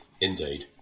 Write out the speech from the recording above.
Indeed